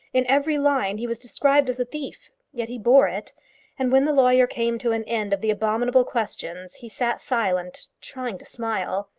in every line he was described as a thief. yet he bore it and when the lawyer came to an end of the abominable questions, he sat silent, trying to smile.